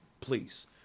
please